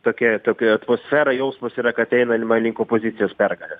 tokia tokia atmosfera jausmas yra kad einama link opozicijos pergalės